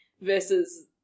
versus